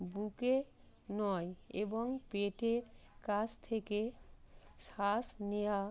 বুকে নয় এবং পেটের কাছ থেকে শ্বাস নেওয়া